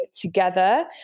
together